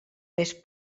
més